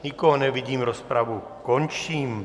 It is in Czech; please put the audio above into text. Nikoho nevidím, rozpravu končím.